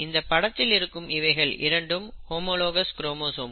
இந்த படத்தில் இருக்கும் இவைகள் இரண்டும் ஹோமோலாகஸ் குரோமோசோம்கள்